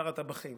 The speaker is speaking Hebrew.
לשר הטבחים,